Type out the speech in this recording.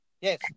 Yes